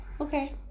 Okay